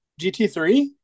GT3